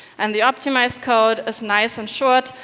and the optimised code is nice and short,